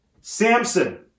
Samson